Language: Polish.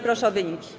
Proszę o wyniki.